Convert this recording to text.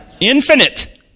Infinite